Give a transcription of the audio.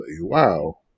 Wow